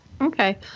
Okay